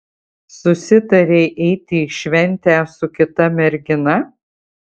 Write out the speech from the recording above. susitarei eiti į šventę su kita mergina